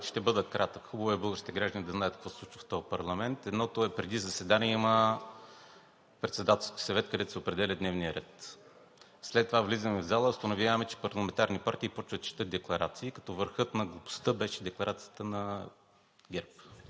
Ще бъда кратък. Хубаво е българските граждани да знаят какво се случва в този парламент. Преди заседание има Председателски съвет, където се определя дневният ред. След това влизаме в залата и установяваме, че парламентарни партии започват да четат декларации, като върхът на глупостта беше декларацията на ГЕРБ.